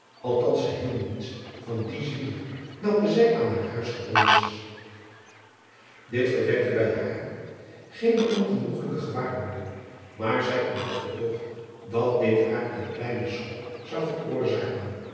althans geheel niets van dien zwier welken zij aan haar huis gewoon was it verwekte wel bij haar geene ongenoegelijke gewaarwording maar zij ontdekte toch dat dit haar een kleinen schok zou veroorzaken